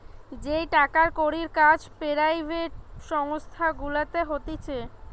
যেই টাকার কড়ির কাজ পেরাইভেট সংস্থা গুলাতে হতিছে